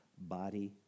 body